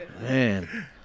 man